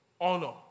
honor